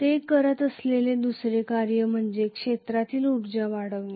ते करत असलेले दुसरे कार्य म्हणजे क्षेत्रातील ऊर्जा वाढवणे